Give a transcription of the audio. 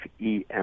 EM